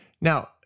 Now